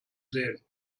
sehen